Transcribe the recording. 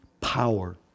power